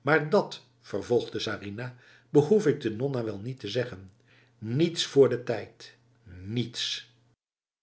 maar dat vervolgde sarinah behoef ik de nonna wel niet te zeggen niets vr de tijd nietsf